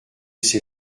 ces